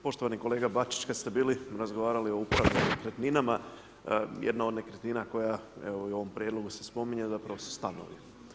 Poštovani kolega Bačić, kada ste bili razgovarali o upravljanju nekretninama jedna od nekretnina koja evo i u ovom prijedlogu se spominje zapravo su stanovi.